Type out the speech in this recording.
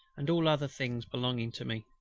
and all other things belonging to me.